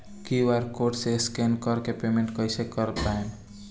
QR code से scan कर के पेमेंट कइसे कर पाएम?